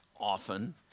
often